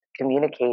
communicate